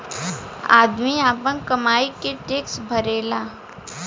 आदमी आपन कमाई के टैक्स भरेला